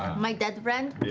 my dead friend?